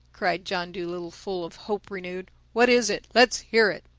cried john dolittle, full of hope renewed. what is it? let's hear it.